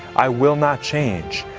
i will not change.